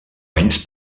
anys